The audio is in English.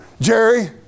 Jerry